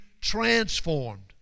transformed